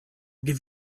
give